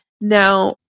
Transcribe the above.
now